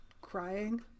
crying